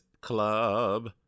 Club